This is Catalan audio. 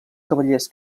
cavallers